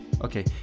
Okay